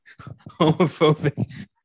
homophobic